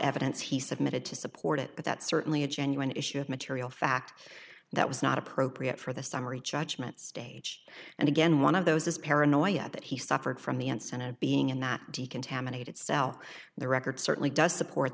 evidence he submitted to support it but that's certainly a genuine issue of material fact that was not appropriate for the summary judgment stage and again one of those is paranoia that he suffered from the incident being in that decontaminated cell the record certainly does support